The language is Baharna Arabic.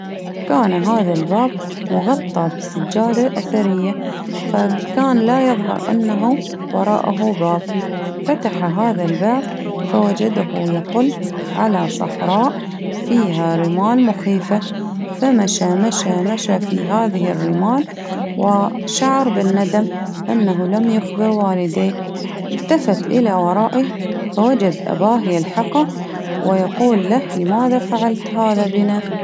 كان هذا الباب مغطى بالسجادة الأثرية فكان لا يظهر أنه وراءه باب، فتح هذا الباب فوجده يطل على صحراء فيها رمال مخيفة، فمشى مشى مشى في هذه الرمال، وشعر بالندم أنه لم يخبر والديه، إلتفت إلى ورائه، فوجد أباه يلحقه ويقول له لماذا فعلت هذا بنا؟